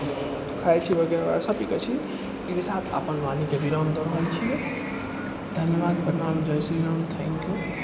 खाइ छी वगैरह आओर सभचीज करै छी अहिके साथ अपन वाणीके विराम दऽ रहल छियै धन्यबाद प्रणाम जय श्री राम थेन्कयू